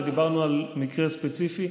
ודיברנו על מקרה ספציפי.